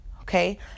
okay